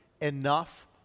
enough